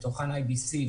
בתוכן IBC,